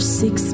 six